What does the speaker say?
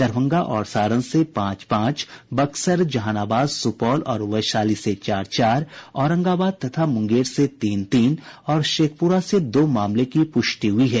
दरभंगा और सारण से पांच पांच बक्सर जहानाबाद सुपौल और वैशाली से चार चार औरंगाबाद तथा मुंगेर से तीन तीन और शेखपुरा से दो मामले की पुष्टि हुई है